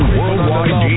Worldwide